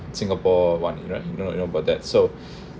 singapore one right you know you know about that so